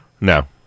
No